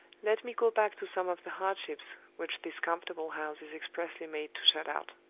let me go back to some of the hardships which this comfortable house is expressly made to shut out.